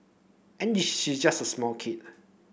and she just a small kid